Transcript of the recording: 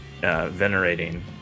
venerating